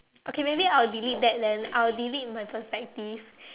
okay maybe I will delete that then I will delete my perspective